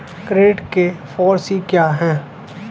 Credit के फॉर सी क्या हैं?